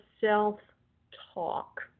self-talk